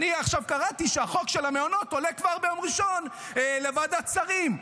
ואני עכשיו קראתי שהחוק של המעונות עולה כבר ביום ראשון לוועדת שרים,